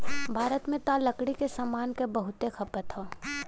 भारत में त लकड़ी के सामान क बहुते खपत हौ